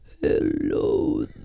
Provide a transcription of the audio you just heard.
hello